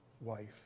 wife